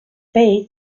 page